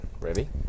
Ready